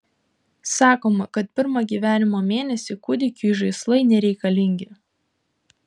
sakoma kad pirmą gyvenimo mėnesį kūdikiui žaislai nereikalingi